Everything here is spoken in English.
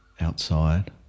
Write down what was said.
outside